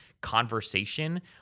conversation